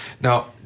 Now